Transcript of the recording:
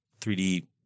3D